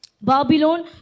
Babylon